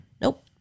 nope